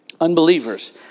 unbelievers